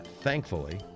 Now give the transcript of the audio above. thankfully